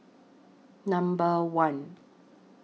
Number one